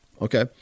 okay